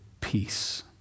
peace